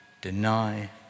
deny